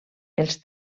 els